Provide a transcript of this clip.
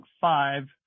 five